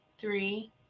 three